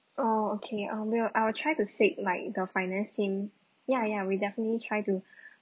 oh okay um we will I will try to seek my the finance team ya ya we definitely try to